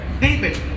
David